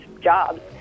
jobs